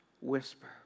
whisper